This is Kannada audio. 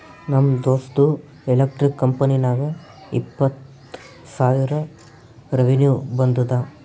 ನಮ್ ದೋಸ್ತ್ದು ಎಲೆಕ್ಟ್ರಿಕ್ ಕಂಪನಿಗ ಇಪ್ಪತ್ತ್ ಸಾವಿರ ರೆವೆನ್ಯೂ ಬಂದುದ